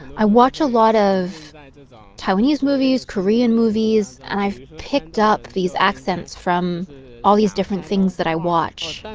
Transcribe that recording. i watch a lot of taiwanese movies, korean movies, and i've picked up these accents from all these different things that i watch.